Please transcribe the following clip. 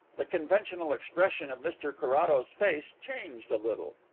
the conventional expression of mr carrados's face changed a little.